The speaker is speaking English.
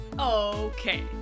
Okay